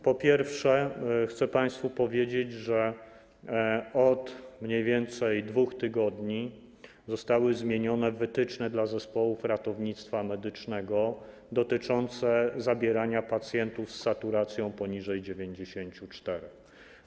Po pierwsze, chcę państwu powiedzieć, że od mniej więcej 2 tygodni zostały zmienione wytyczne dla zespołów ratownictwa medycznego dotyczące zabierania pacjentów z saturacją poniżej 94%.